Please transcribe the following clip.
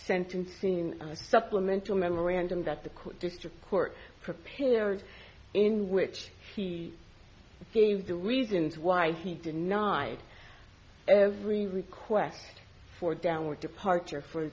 sentencing in a supplemental memorandum that the court district court prepared in which he gave the reasons why he denied every request for downward departure for the